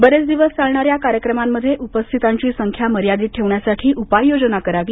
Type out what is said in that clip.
बरेच दिवस चालणाऱ्या कार्यक्रमांमध्ये उपस्थितांची संख्या मर्यादित ठेवण्यासाठी उपाययोजना करावी